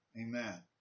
Amen